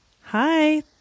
Hi